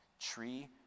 tree